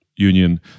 Union